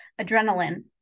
adrenaline